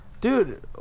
Dude